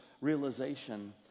realization